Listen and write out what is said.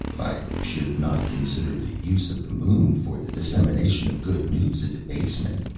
i should not consider the use of the moon for the dissemination of good news a debasement.